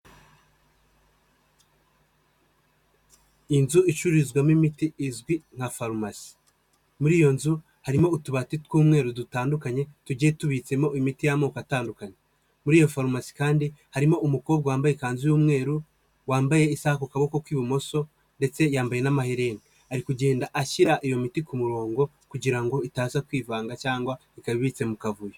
Inzu icururizwamo imiti izwi nka farumasi. Muri iyo nzu harimo utubati tw'umweru dutandukanye tugiye tubitsemo imiti y'amoko atandukanye. Muri iyo farumasi kandi harimo umukobwa wambaye ikanzu y'umweru, wambaye isaha ku kaboko k'ibumoso ndetse yambaye n'amaherena. Ari kugenda ashyira iyo miti ku murongo kugira ngo itaza kwivanga cyangwa ikaba ibitse mu kavuyo.